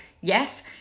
Yes